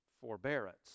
forbearance